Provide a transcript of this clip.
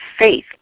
faith